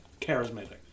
Charismatic